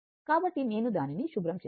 కాబట్టి నేను దానిని శుభ్రం చేశాను